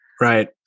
Right